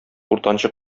уртанчы